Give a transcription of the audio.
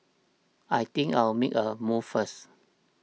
I think I'll make a move first